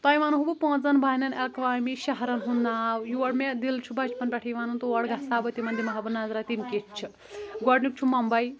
تۄہہِ وَنہو بہٕ پانٛژن بین الاقوامی شہرَن ہُنٛد ناو ٖیور مےٚ دِل چھُ بَچپَن پٮ۪ٹھٕے وَنان تور گژھ ہا بہٕ تِمن دِمہ ہا بہٕ نظرا تِم کِتھۍ چھِ گۄڈٕنیُک چھُ ممبے